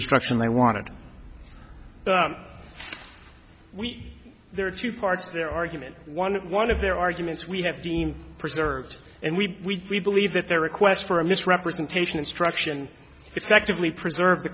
instruction i want to we there are two parts to their argument one one of their arguments we have deemed preserved and we believe that their request for a misrepresentation instruction effectively preserve the